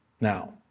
Now